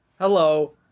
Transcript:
Hello